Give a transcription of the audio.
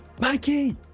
Mikey